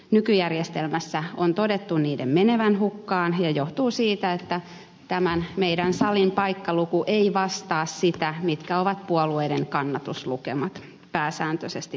nykyjärjestelmässä on todettu niiden menevän hukkaan ja se johtuu siitä että tämän meidän salin paikkaluku ei vastaa sitä mitkä ovat puolueiden kannatuslukemat pääsääntöisesti tätä kautta